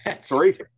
Sorry